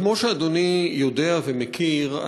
כמו שאדוני יודע ומכיר,